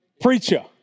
Preacher